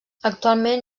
actualment